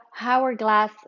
hourglass